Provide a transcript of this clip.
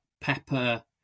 pepper